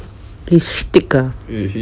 his stick ah